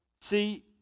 See